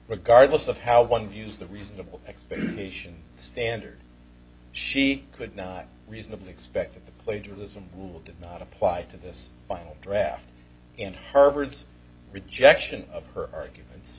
regardless of how one views the reasonable explanation standard she could not reasonably expect the plagiarism rule did not apply to this final draft and harvard's rejection of her arguments